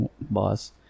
boss